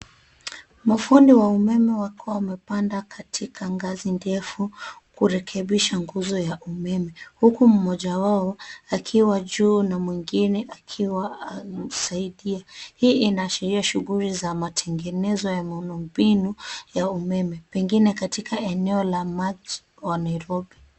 Mafundi wa umeme wakiwa wamepanda katika ngazi ndefu kurekebisha nguzo ya umeme huku mmoja wao akiwa juu na mwingine akiwa anamsaidia. Hii inaashiria shughuli za matengenezo ya miundombinu ya umeme pengine katika eneo la mji wa Nairobi.